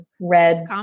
Red